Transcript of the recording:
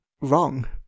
wrong